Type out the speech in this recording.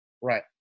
Right